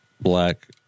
black